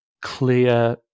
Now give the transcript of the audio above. clear